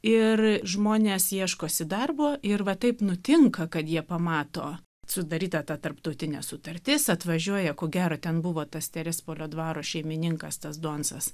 ir žmonės ieškosi darbo ir va taip nutinka kad jie pamato sudaryta ta tarptautinė sutartis atvažiuoja ko gero ten buvo tas terespolio dvaro šeimininkas tas donsas